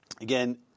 Again